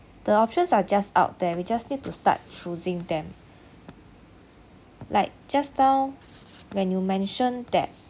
the options are just out there we just need to start choosing them like just now when you mentioned that